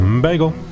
Bagel